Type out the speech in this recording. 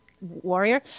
warrior